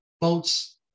Boats